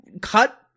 cut